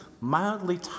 mildly